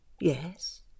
Yes